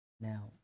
Now